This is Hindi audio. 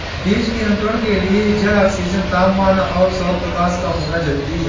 बीज के अंकुरण के लिए जल, ऑक्सीजन, तापमान और सौरप्रकाश का होना जरूरी है